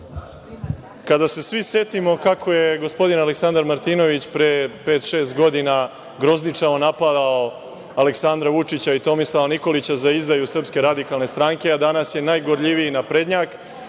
kada se svi setimo kako je gospodin Aleksandar Martinović pre pet-šest godina grozničavo napadao Aleksandra Vučića i Tomislava Nikolića za izdaju SRS-a, a danas je najgorljiviji naprednjak,